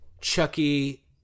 Chucky